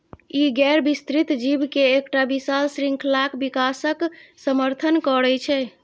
ई गैर विस्तृत जीव के एकटा विशाल शृंखलाक विकासक समर्थन करै छै